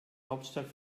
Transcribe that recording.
hauptstadt